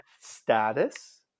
status